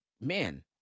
man